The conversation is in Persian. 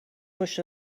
پشت